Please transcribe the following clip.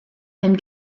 and